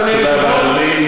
אדוני היושב-ראש,